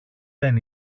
δεν